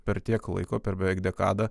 per tiek laiko per beveik dekadą